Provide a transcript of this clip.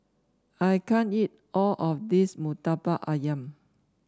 I can't eat all of this murtabak ayam